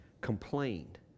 complained